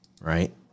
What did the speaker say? right